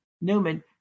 Newman